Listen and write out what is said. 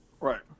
Right